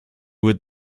would